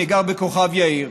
אני גר בכוכב יאיר,